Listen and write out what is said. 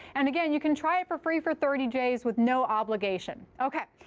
and again, you can try it for free for thirty days with no obligation. ok.